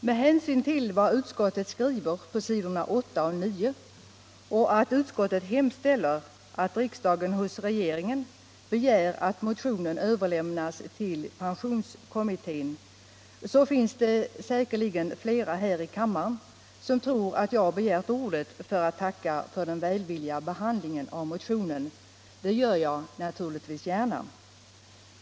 Med hänsyn till vad utskottet skriver på s. 8 och 9 och eftersom utskottet hemställer att riksdagen hos regeringen begär att motionen överlämnas till pensionskommittén, så finns det säkerligen flera här i kammaren som tror att jag har begärt ordet för att tacka för den välvilliga behandlingen av motionen. Det gör jag naturligtvis gärna.